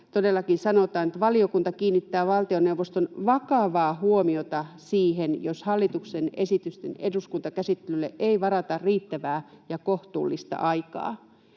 todellakin sanotaan, valiokunta kiinnittää valtioneuvoston vakavaa huomiota siihen, jos hallituksen esitysten eduskuntakäsittelylle ei varata riittävää ja kohtuullista aikaa.